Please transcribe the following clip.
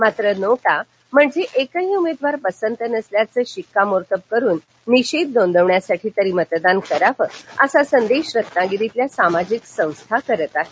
मात्र नोटा म्हणजे एकही उमेदवार पसंत नसल्याचं शिक्कामोर्तब करून निषेध नोंदवण्यासाठी तरी मतदान करावं असा संदेश रत्नागिरीतल्या सामाजिक संस्था करत आहेत